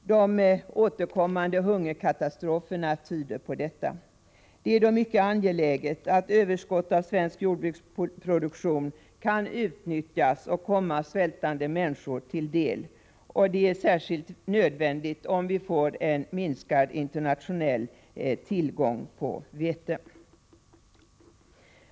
De återkommande hungerkatastroferna tyder på detta. Det är då mycket angeläget att överskottet av svensk jordbruksproduktion kan utnyttjas och komma svältande människor till del. Det är särskilt nödvändigt om vi får en minskad internationell tillgång på vete.